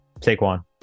Saquon